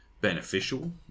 beneficial